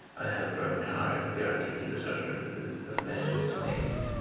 i have grown tired of the articulate utterances of men and things.